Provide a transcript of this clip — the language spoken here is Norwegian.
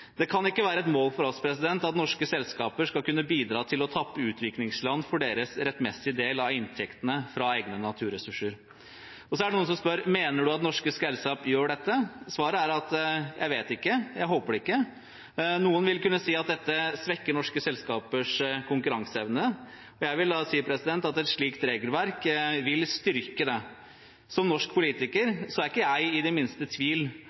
Det kan ikke være et mål for oss at norske selskaper skal kunne bidra til å tappe utviklingsland for deres rettmessige del av inntektene fra egne naturressurser. Så er det noen som spør: Mener du at norske selskaper gjør dette? Svaret er at jeg ikke vet – jeg håper ikke det. Noen vil kunne si at dette svekker norske selskapers konkurranseevne. Jeg vil da si at et slikt regelverk vil styrke den. Som norsk politiker er ikke jeg det minste i tvil